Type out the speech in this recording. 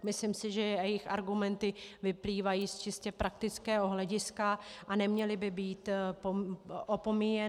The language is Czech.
Myslím si, že jejich argumenty vyplývají z čistě praktického hlediska a neměly by být opomíjeny.